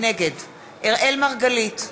נגד אראל מרגלית,